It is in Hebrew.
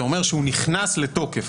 זה אומר שהוא נכנס לתוקף,